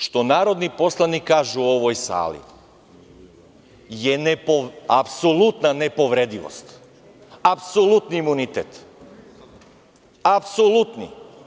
Što narodni poslanik kaže u ovoj sali je apsolutna nepovredivost, apsolutni imunitet, apsolutni.